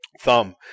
thumb